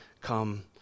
come